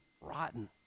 rotten